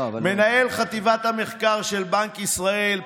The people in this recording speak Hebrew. מנהל חטיבת המחקר של בנק ישראל,